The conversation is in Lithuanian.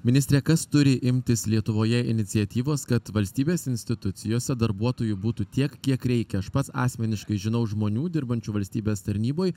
ministre kas turi imtis lietuvoje iniciatyvos kad valstybės institucijose darbuotojų būtų tiek kiek reikia aš pats asmeniškai žinau žmonių dirbančių valstybės tarnyboj